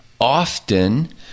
often